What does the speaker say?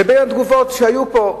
ובתגובות שהיו פה?